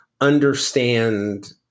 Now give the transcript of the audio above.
understand